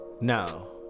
No